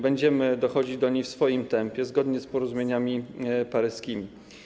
Będziemy dochodzić do niej w swoim tempie, zgodnie z porozumieniami paryskimi.